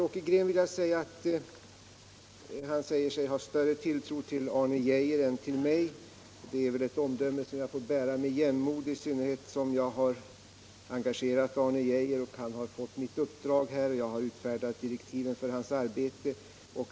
Åke Green säger sig ha större tilltro till Arne Geijer än till mig. Det är väl ett omdöme som jag får bära med jämnmod — i synnerhet som Arne Geijer har fått sitt uppdrag från mig och jag har utfärdat direktiven för hans arbete.